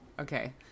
Okay